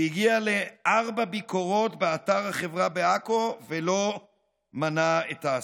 שהגיע לארבע ביקורות באתר החברה בעכו ולא מנע את האסון.